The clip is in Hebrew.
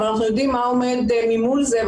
אבל אנחנו יודעים מה עומד מול זה,